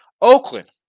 Oakland